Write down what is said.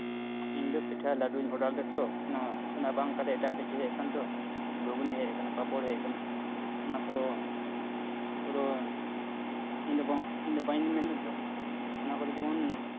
ᱤᱧ ᱫᱚ ᱯᱤᱴᱷᱟᱹ ᱞᱟᱹᱰᱩᱧ ᱚᱰᱟᱨ ᱞᱮᱫ ᱫᱚ ᱚᱱᱟ ᱚᱱᱟ ᱵᱟᱝ ᱠᱟᱛᱮ ᱮᱴᱟᱜ ᱠᱤᱪᱷᱩ ᱦᱮᱡ ᱟᱠᱟᱱ ᱫᱚ ᱜᱷᱩᱜᱽᱱᱤ ᱦᱮᱡ ᱠᱟᱱᱟ ᱯᱟᱯᱚᱲ ᱦᱮᱡ ᱠᱟᱱᱟ ᱚᱱᱟ ᱠᱚ ᱠᱚᱫᱚ ᱤᱧ ᱫᱚ ᱵᱟᱝ ᱤᱧ ᱫᱚ ᱵᱟᱹᱧ ᱢᱮᱱᱮᱫ ᱫᱚ ᱚᱱᱟ ᱠᱚᱫᱚ ᱡᱮᱢᱚᱱ